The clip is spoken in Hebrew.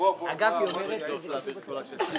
השר אריה דרעי.